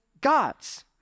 God's